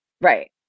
Right